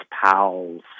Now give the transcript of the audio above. pals